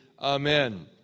Amen